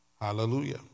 Hallelujah